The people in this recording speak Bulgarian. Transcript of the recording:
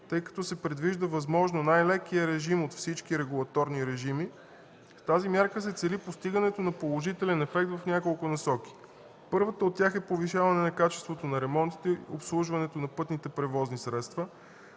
тъй като се предвижда възможно най-лекия режим от всички регулаторни режими, с тази мярка се цели постигането на положителен ефект в няколко насоки. Първата от тях е повишаване на качеството на ремонтите и обслужването на пътните превозни средства.